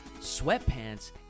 sweatpants